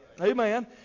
Amen